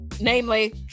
namely